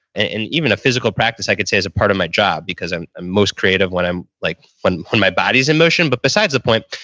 and even a physical practice i could say is a part of my job, because i'm most creative when i'm, like when when my body's in motion but besides the point,